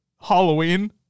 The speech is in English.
Halloween